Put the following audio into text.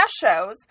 shows